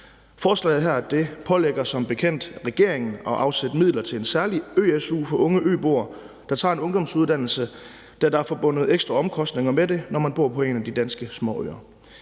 Forslaget her pålægger som bekendt regeringen at afsætte midler til en særlig ø-su for unge øboer, der tager en ungdomsuddannelse, da der er forbundet ekstra omkostninger med det, når man bor på en af de danske småøer.